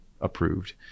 approved